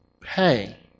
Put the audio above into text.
pay